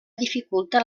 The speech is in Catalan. dificulta